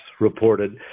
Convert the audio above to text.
reported